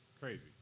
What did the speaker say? crazy